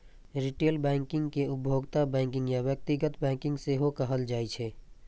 retail banking कें उपभोक्ता banking या व्यक्तिगत बैंकिंग सेहो कहल जाइ छै